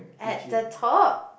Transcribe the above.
at the top